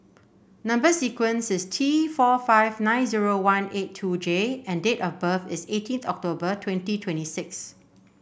number sequence is T four five nine zero one eight two J and date of birth is eighteenth October twenty twenty six